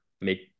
make